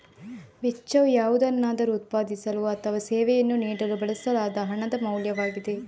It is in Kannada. ವೆಚ್ಚವು ಯಾವುದನ್ನಾದರೂ ಉತ್ಪಾದಿಸಲು ಅಥವಾ ಸೇವೆಯನ್ನು ನೀಡಲು ಬಳಸಲಾದ ಹಣದ ಮೌಲ್ಯವಾಗಿದೆ